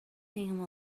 him